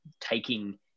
taking